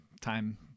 time